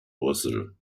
brüssel